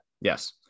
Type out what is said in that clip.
Yes